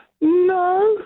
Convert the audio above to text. No